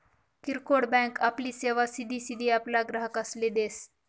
किरकोड बँक आपली सेवा सिधी सिधी आपला ग्राहकसले देस